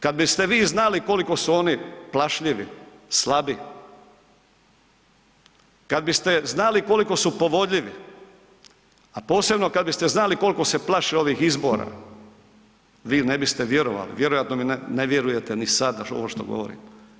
Kad biste vi znali koliko su oni plašljivi, slabi, kad biste znali koliko su povodljivi, a posebno kad biste znali kolko se plaše ovih izbora, vi ne biste vjerovali, vjerojatno mi ne vjerujete ni sada ovo što govorim.